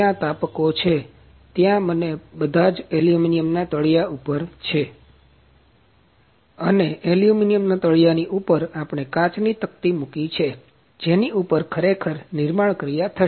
ત્યાં તાપકો છે ત્યાં અને બધા જ અલ્યુમિનિયમના તળિયા ઉપર છે અને અલ્યુમિનિયમના તળિયાની ઉપર આપણે કાચ ની તકતી મુકી છે જેની ઉપર ખરેખર નિર્માણ ક્રિયા થશે